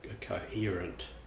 coherent